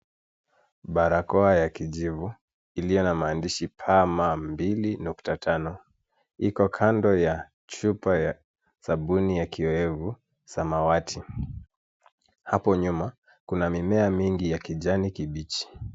Barakoa ya kijivu ilio na mandishi pama mbili nukta tano. Iko kando ya chupa ya sabuni ya kiwevu samawati. Hapo nyuma kuna mimea mingi ya kijani kibichi.